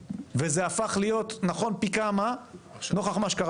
וזה הפך להיות נכון פי כמה נוכח מה קרה